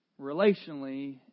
relationally